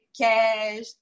cash